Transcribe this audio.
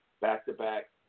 back-to-back